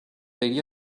idea